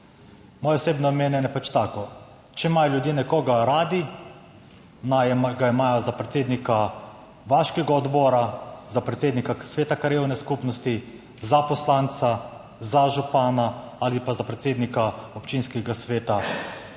moje osebno mnenje je pač tako: če imajo ljudje nekoga radi, naj ga imajo za predsednika vaškega odbora, za predsednika sveta krajevne skupnosti, za poslanca, za župana ali pa za predsednika občinskega sveta magari 60 let.